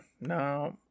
no